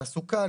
תעסוקה,